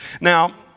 Now